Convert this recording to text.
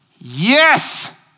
Yes